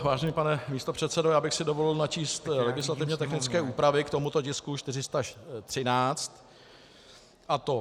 Vážený pane místopředsedo, já bych si dovolil načíst legislativně technické úpravy k tomuto tisku 413, a to